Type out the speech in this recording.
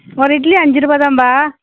ஒரு இட்லி அஞ்சு ரூபா தான்பா